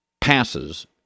passes